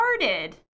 started